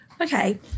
Okay